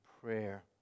prayer